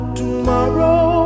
tomorrow